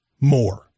more